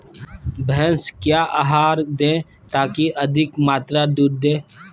भैंस क्या आहार दे ताकि अधिक मात्रा दूध दे?